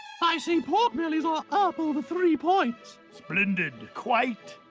i see pork bellies are up over three points. splendid. quite.